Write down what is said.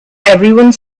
everyone